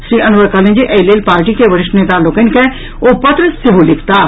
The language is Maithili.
श्री अनवर कहलनि जे एहि लेल पार्टी के वरिष्ठ नेता लोकनि के ओ पत्र सेहो लिखताह